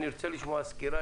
אני ארצה לשמוע סקירה.